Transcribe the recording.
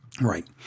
Right